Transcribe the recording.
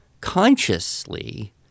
consciously